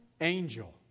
angel